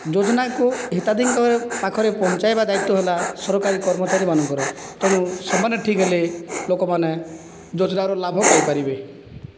ଯୋଜନାକୁ ହିତାଧିକାରୀଙ୍କ ପାଖରେ ପହଞ୍ଚାଇବା ଦାୟିତ୍ଵ ହେଲା ସରକାରୀ କର୍ମଚାରୀମାନଙ୍କର ତେଣୁ ସେମାନେ ଠିକ ହେଲେ ଲୋକମାନେ ଯୋଜନାର ଲାଭ ପାଇ ପାରିବେ